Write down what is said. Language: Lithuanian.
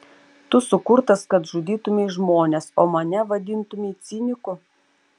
tu sukurtas kad žudytumei žmones o mane vadintumei ciniku